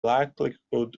likelihood